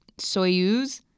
soyuz